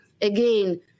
Again